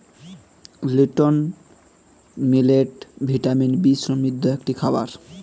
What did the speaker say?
little millet vitamin B সমৃদ্ধ একটি খাবার